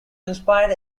inspired